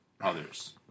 others